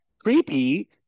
creepy